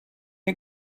you